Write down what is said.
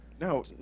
no